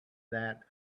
that